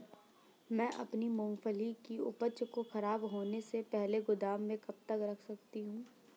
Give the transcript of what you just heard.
मैं अपनी मूँगफली की उपज को ख़राब होने से पहले गोदाम में कब तक रख सकता हूँ?